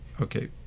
Okay